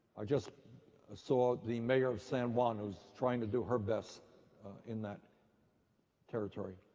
i just saw the mayor of san juan who is trying to do her best in that territory.